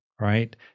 right